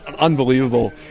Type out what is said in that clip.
unbelievable